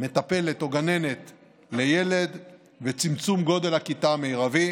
בין מטפלות או גננות לילדים וצמצום גודל הכיתה המרבי,